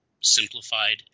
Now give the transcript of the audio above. simplified